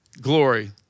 glory